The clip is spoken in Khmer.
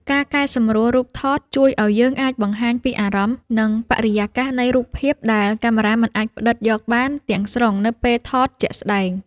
ការកែសម្រួលរូបថតជួយឱ្យយើងអាចបង្ហាញពីអារម្មណ៍ និងបរិយាកាសនៃរូបភាពដែលកាមេរ៉ាមិនអាចផ្ដិតយកបានទាំងស្រុងនៅពេលថតជាក់ស្តែង។